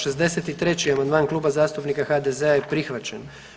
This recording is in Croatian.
63. amandman Kluba zastupnika HDZ-a je prihvaćen.